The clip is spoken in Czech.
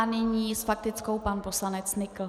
Nyní s faktickou pan poslanec Nykl.